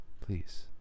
Please